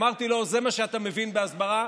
אמרתי לו: זה מה שאתה מבין בהסברה?